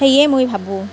সেইয়ে মই ভাবোঁ